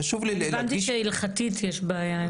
הבנתי שהלכתית יש בעיה עם זה.